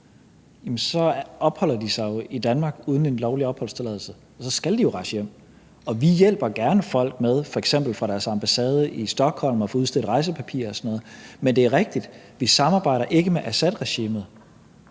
opholder de sig jo i Danmark uden en lovlig opholdstilladelse, og så skal de jo rejse hjem, og vi hjælper gerne folk med f.eks. fra deres ambassade i Stockholm at få udstedt rejsepapirer og sådan noget. Men det er rigtigt, at vi ikke samarbejder med Assadregimet,